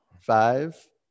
Five